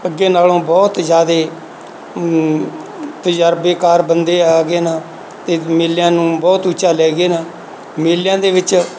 ਅੱਗੇ ਨਾਲੋਂ ਬਹੁਤ ਜ਼ਿਆਦਾ ਤਜਰਬੇਕਾਰ ਬੰਦੇ ਆ ਗਏ ਨਾ ਤਾਂ ਮੇਲਿਆਂ ਨੂੰ ਬਹੁਤ ਉੱਚਾ ਲੈ ਗਏ ਨਾ ਮੇਲਿਆਂ ਦੇ ਵਿੱਚ